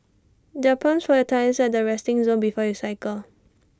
there're pumps for your tyres at the resting zone before you cycle